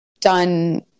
done